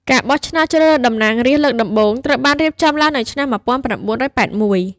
ការបោះឆ្នោតជ្រើសរើសតំណាងរាស្ត្រលើកដំបូងត្រូវបានរៀបចំឡើងនៅឆ្នាំ ១៩៨១។